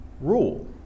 rule